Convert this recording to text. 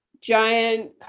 giant